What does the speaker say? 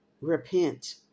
repent